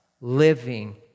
Living